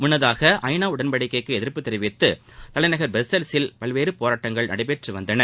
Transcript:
முன்னதாக ஐநா உடன்படிக்கைக்கு எதிர்ப்பு தெரிவித்து தலைநகர் பிரஸல்சில் பல்வேறு போராட்டங்கள் நடைபெற்று வந்தன